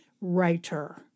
writer